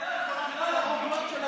על הרוגלות של המשטרה.